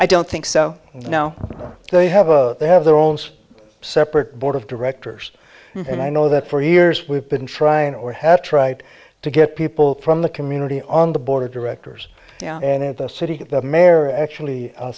i don't think so no they have a they have their own separate board of directors and i know that for years we've been trying or have tried to get people from the community on the board of directors of the city mayor actually